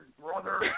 brother